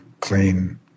clean